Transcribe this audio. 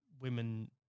women